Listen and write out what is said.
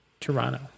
toronto